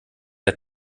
der